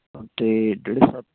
ਅਤੇ ਜਿਹੜੇ ਸੱਤ